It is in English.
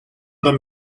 their